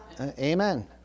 Amen